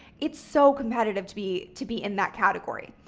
it's so competitive to be to be in that category.